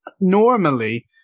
normally